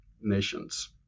nations